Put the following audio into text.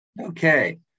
Okay